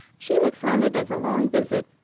she looks on it as a long visit.